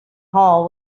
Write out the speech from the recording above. hall